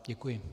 Děkuji.